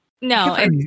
no